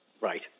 Right